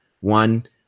one –